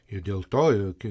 ir dėl to jog